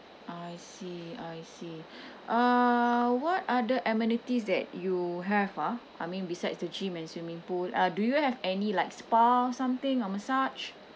I see I see uh what other amenities that you have ah I mean besides the gym and swimming pool uh do you have any like spa something or massage